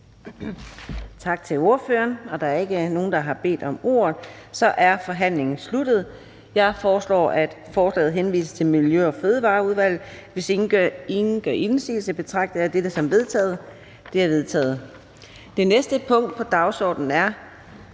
tak til kirkeministeren. Da der ikke er flere, som har bedt om ordet, er forhandlingen sluttet. Jeg foreslår, at lovforslaget henvises til Kirkeudvalget. Hvis ingen gør indsigelse, betragter jeg det som vedtaget. Det er vedtaget. --- Det sidste punkt på dagsordenen er: